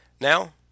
Now